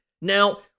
Now